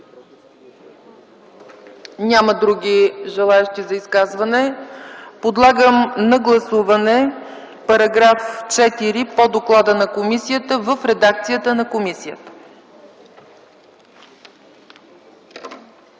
Няма други желаещи за изказване. Подлагам на гласуване § 4 по доклада на комисията, в редакцията на комисията.